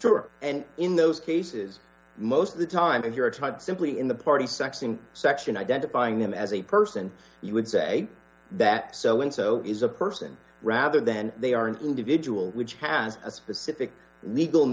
sure and in those cases most of the time if your type simply in the party sexing section identifying him as a person you would say that so and so is a person rather than they are an individual which has a specific legal